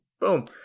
Boom